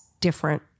different